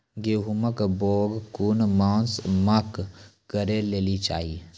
गेहूँमक बौग कून मांस मअ करै लेली चाही?